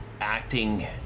acting